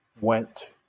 went